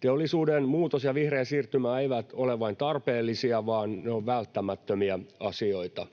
Teollisuuden muutos ja vihreä siirtymä eivät ole vain tarpeellisia, vaan ne ovat välttämättömiä asioita.